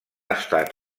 estat